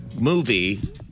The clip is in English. movie